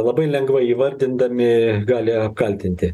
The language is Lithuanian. labai lengvai įvardindami gali apkaltinti